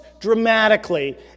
dramatically